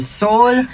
soul